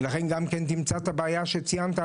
ולכן גם תמצא את הבעיה שציינת,